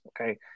Okay